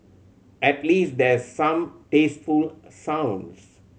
at least there's some tasteful sounds